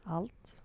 Allt